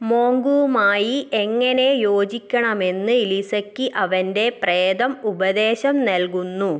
മോങ്കുവുമായി എങ്ങനെ യോജിക്കണമെന്ന് ലിസയ്ക്ക് അവൻ്റെ പ്രേതം ഉപദേശം നൽകുന്നു